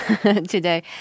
today